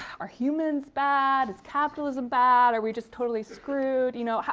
are humans bad? is capitalism bad? are we just totally screwed, you know?